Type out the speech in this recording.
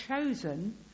chosen